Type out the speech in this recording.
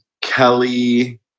Kelly